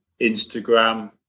instagram